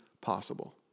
possible